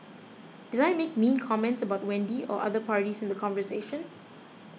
did I make mean comments about Wendy or other parties in the conversation